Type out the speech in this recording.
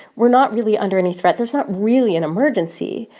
we're not really under any threat. there's not really an emergency.